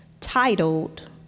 titled